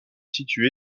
situé